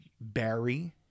Barry